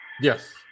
Yes